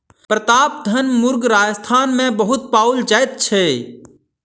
प्रतापधन मुर्ग राजस्थान मे बहुत पाओल जाइत छै